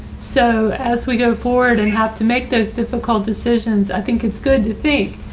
so as we go forward and have to make those difficult decisions, i think it's good to think,